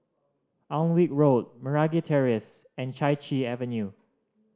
Alnwick Road Meragi Terrace and Chai Chee Avenue